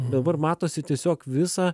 dabar matosi tiesiog visą